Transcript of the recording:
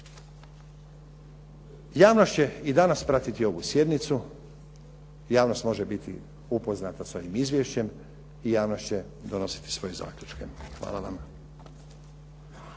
Javnost će i danas pratiti ovu sjednicu i javnost može biti upoznata sa ovim izvješćem i javnost će donositi svoje zaključke. Hvala vam.